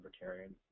libertarian